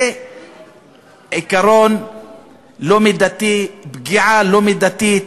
זה עיקרון לא מידתי, פגיעה לא מידתית.